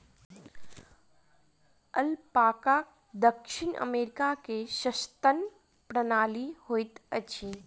alpaca दक्षिण America के सस्तन प्राणी होइत अछि